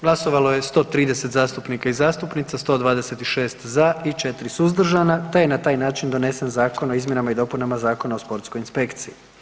Glasovalo je 130 zastupnika i zastupnica, 126 za i 4 suzdržana te je na taj način donesen zakon o izmjenama i dopunama Zakona o sportskoj inspekciji.